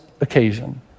occasion